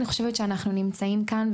אני חושבת שאנחנו נמצאים כאן.